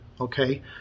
Okay